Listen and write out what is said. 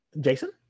jason